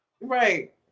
right